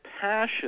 passion